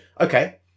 okay